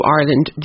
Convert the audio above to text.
Ireland